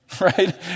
right